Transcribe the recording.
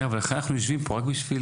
ואיך אנחנו יושבים פה עכשיו,